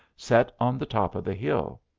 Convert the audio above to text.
set on the top of the hill.